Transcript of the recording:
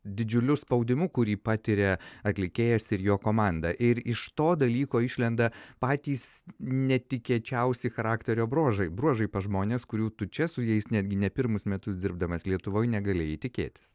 didžiuliu spaudimu kurį patiria atlikėjas ir jo komanda ir iš to dalyko išlenda patys netikėčiausi charakterio bruožai bruožai pas žmones kurių tu čia su jais netgi ne pirmus metus dirbdamas lietuvoj negalėjai tikėtis